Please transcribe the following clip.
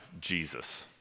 Jesus